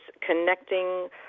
connecting